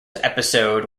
episode